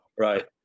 Right